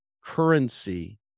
currency